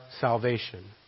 salvation